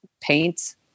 paints